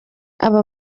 aba